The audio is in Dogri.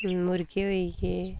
मुर्गे होई गे